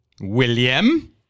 William